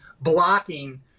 blocking